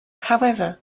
however